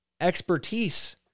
expertise